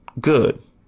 good